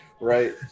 right